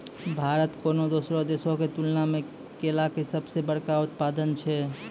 भारत कोनो दोसरो देशो के तुलना मे केला के सभ से बड़का उत्पादक छै